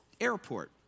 Airport